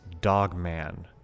Dogman